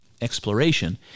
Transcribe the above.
exploration